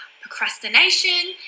procrastination